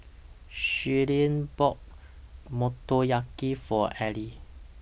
Shellie bought Motoyaki For Elie